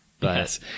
Yes